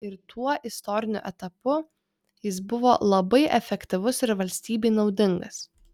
ir tuo istoriniu etapu jis buvo labai efektyvus ir valstybei naudingas